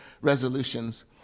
resolutions